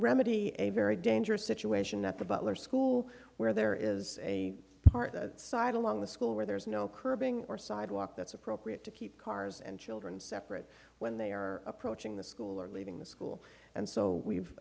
remedy a very dangerous situation that the butler school where there is a part that side along the school where there is no curbing or sidewalk that's appropriate to keep cars and children separate when they are approaching the school or leaving the school and so we've